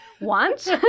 want